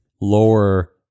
lower